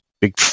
big